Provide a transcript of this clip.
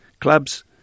clubs